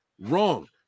Wrong